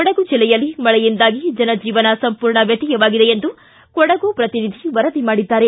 ಕೊಡಗು ಜಿಲ್ಲೆಯಲ್ಲಿ ಮಳೆಯಿಂದಾಗಿ ಜನ ಜೀವನ ಸಂಪೂರ್ಣ ವ್ಯತ್ತಯವಾಗಿದೆ ಎಂದು ಕೊಡಗು ಪ್ರತಿನಿಧಿ ವರದಿ ಮಾಡಿದ್ದಾರೆ